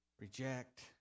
reject